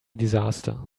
disaster